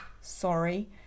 sorry